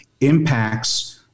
impacts